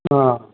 उहाँ